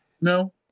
No